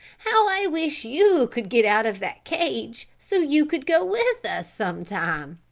how i wish you could get out of that cage, so you could go with us sometime!